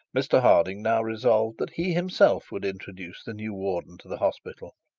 mr harding now resolved that he himself would introduce the new warden to the hospital.